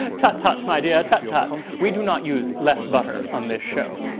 ah tut tut my dear tut tut. we do not use less butter on this show.